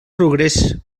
progrés